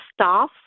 staff